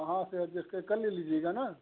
कहाँ से एजस्ट कल ले लीजियेगा न